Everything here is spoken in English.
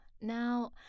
Now